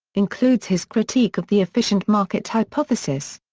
includes his critique of the efficient market hypothesis.